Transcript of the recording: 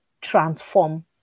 transform